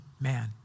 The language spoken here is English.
man